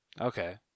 Okay